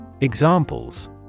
Examples